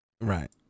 Right